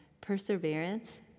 perseverance